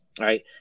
Right